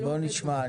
בואו נשמע.